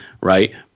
right